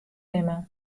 nimme